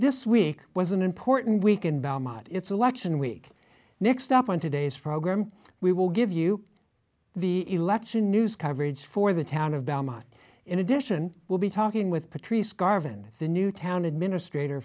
this week was an important week in belmont it's election week next up on today's program we will give you the election news coverage for the town of belmont in addition we'll be talking with patrice garvin the new town administrator